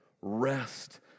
rest